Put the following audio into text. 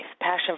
passion